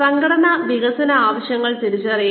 സംഘടനാ വികസന ആവശ്യങ്ങൾ തിരിച്ചറിയുക